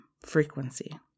frequency